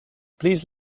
please